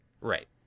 Right